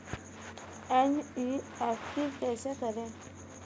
NEFT कैसे करें?